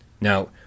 Now